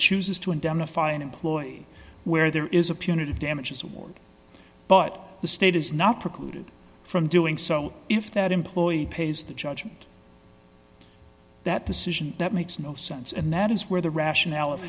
chooses to indemnify an employee where there is a punitive damages award but the state is not precluded from doing so if that employee pays the judgment that decision that makes no sense and that is where the rationale of